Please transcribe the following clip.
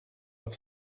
auf